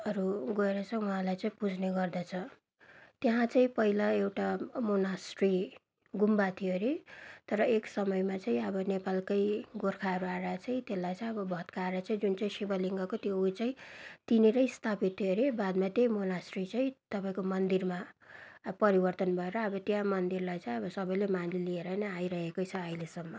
हरू गएर चाहिँ उहाँलाई चाहिँ पुज्ने गर्दछ त्यहाँ चाहिँ पहिला एउटा मोनास्ट्री गुम्बा थियो अरे तर एक समयमा चाहिँ अब नेपालको गोर्खाहरू आएर चाहिँ त्यसलाई चाहिँ अब भत्काएर चाहिँ जुन चाहिँ शिवलिङ्गको त्यो उयो चाहिँ त्यहाँनेर स्थापित थियो अरे बादमा त्यही मोनास्ट्री चाहिँ तपाईँको मन्दिरमा परिवर्तन भएर अब त्यहाँ मन्दिरलाई चाहिँ अब सबले मानिलिएर नै आइरहेको छ अहिलेसम्म